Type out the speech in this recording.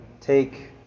take